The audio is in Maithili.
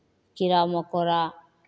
कीड़ा मकोड़ा